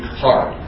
hard